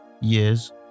years